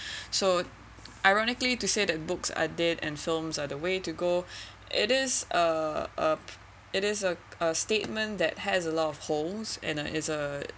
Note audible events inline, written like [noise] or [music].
so ironically to say that books are dead and films are the way to go [breath] it is a a it is a a statement that has a lot of holes and uh is a